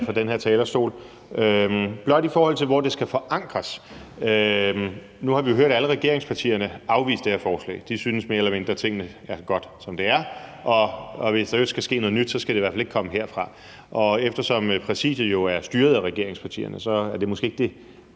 fra den her talerstol. Det er blot, i forhold til hvor det skal forankres. Nu har vi jo hørt alle regeringspartierne afvise det her forslag. De synes mere eller mindre, at tingene er gode, som de er, og at hvis der skal ske noget nyt, så skal det i hvert fald ikke komme herfra. Og eftersom Præsidiet er styret af regeringspartierne, er det måske ikke det